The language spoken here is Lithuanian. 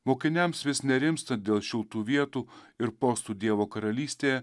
mokiniams vis nerimstant dėl šiltų vietų ir postų dievo karalystėje